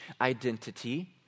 identity